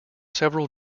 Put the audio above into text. several